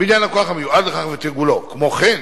בניין הכוח המיועד לכך ותרגולו, כמו כן,